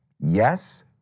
Yes